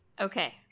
okay